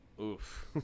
Oof